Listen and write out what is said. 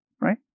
right